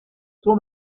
son